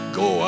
go